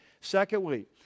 Secondly